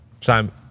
Simon